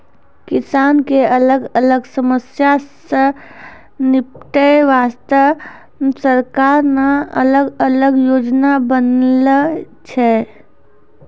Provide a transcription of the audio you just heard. किसान के अलग अलग समस्या सॅ निपटै वास्तॅ सरकार न अलग अलग योजना बनैनॅ छै